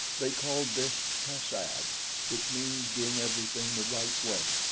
they called this tas-ad, which means doing everything the right way,